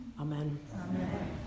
Amen